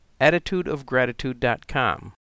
attitudeofgratitude.com